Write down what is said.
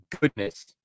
goodness